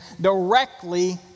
directly